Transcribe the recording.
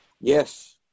Yes